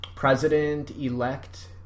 President-elect